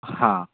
हां